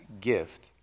gift